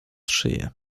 szyję